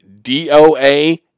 DOA